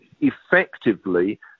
effectively